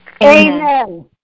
Amen